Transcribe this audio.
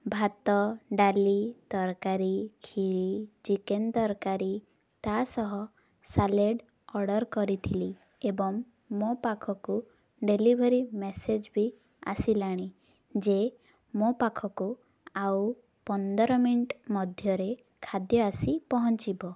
ଭାତ ଡାଲି ତରକାରୀ କ୍ଷୀରି ଚିକେନ ତରକାରୀ ତା'ସହ ସାଲାଡ଼ ଅର୍ଡ଼ର୍ କରିଥିଲି ଏବଂ ମୋ ପାଖକୁ ଡେଲିଭରି ମେସେଜ୍ ବି ଆସିଲାଣି ଯେ ମୋ ପାଖକୁ ଆଉ ପନ୍ଦର ମିନିଟ୍ ମଧ୍ୟରେ ଖାଦ୍ୟ ଆସି ପହଞ୍ଚିବ